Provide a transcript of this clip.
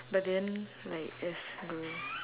but then like as I